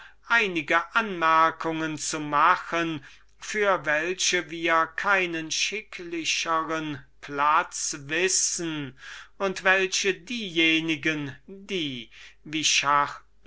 einige anmerkungen zu machen für welche wir keinen schicklichern platz wissen und welche diejenigen die wie